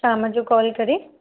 शाम जो कॉल करे